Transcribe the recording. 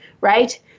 right